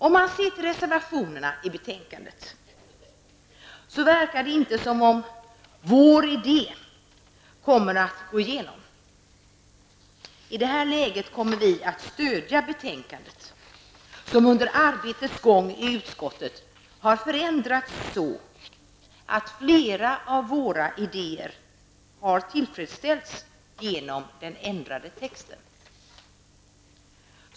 Om man ser till reservationerna i betänkandet verkar det inte som om vår idé kommer att gå igenom. I detta läge kommer vi att stödja betänkandet. Det har under arbetets gång i utskottet förändrats så att flera av våra idéer har tillfredsställts genom den ändrade texten.